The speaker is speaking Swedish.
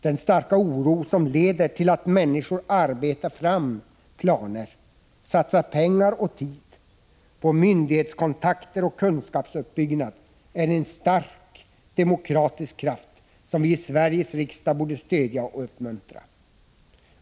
Den starka oro som leder till att människor arbetar fram planer, satsar pengar och tid på myndighetskontakter och kunskapsuppbyggnad är en stark demokratisk kraft, som vi i Sveriges riksdag borde stödja och uppmuntra.